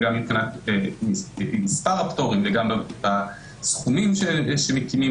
וגם מבחינת מספר הפטורים וגם מבחינת הסכומים שמקימים